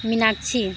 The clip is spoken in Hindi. मीनाक्षी